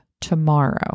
tomorrow